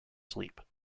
sleep